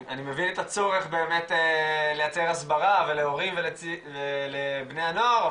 אני מבין את הצורך באמת לייצר הסברה להורים ולבני הנוער,